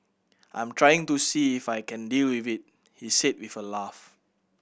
I'm trying to see if I can deal with it he said with a laugh